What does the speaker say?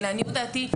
ולעניות דעתי,